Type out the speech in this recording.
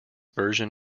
version